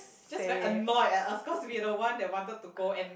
just very annoyed at us cause we the one that wanted to go and